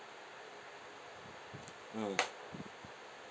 uh